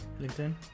LinkedIn